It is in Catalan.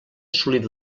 assolit